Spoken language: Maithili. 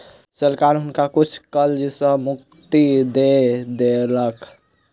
सरकार हुनका किछ कर सॅ मुक्ति दय देलक